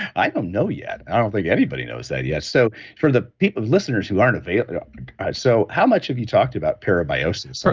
i don't know yet. i don't think anybody knows that yet. so, for the people, listeners who aren't available so how much have you talked about parabiosis?